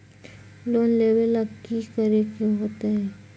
Loan लेवेला की करेके होतई?